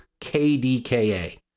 KDKA